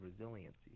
resiliency